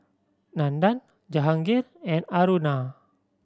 Nandan Jahangir and Aruna